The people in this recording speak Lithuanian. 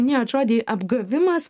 minėjot žodį apgavimas